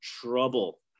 trouble